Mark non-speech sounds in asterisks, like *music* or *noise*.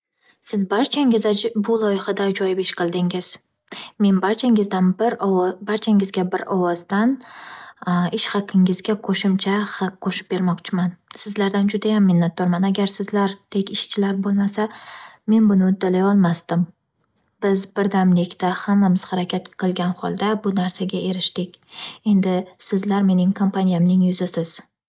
Siz barchangiz aj- bu loyihada -ajoyib ish qildingiz. Men barchangizdan bir ovo- barchangizga bir ovozdan *hesitation* ish haqqingizga qo'shimcha haq qo'shib bermoqchiman. Sizlardan judayam minnatdorman. Agar sizlardek ishchilar bo'lmasa, men buni uddalay olmasdim. Biz birdamlikda, hammamiz harakat qilgan holda bu narsaga erishdik. Endi sizlar mening kompaniyamning yuzisiz.